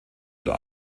oder